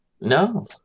no